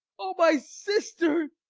o my sister!